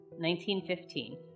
1915